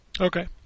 Okay